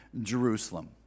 Jerusalem